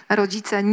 rodzice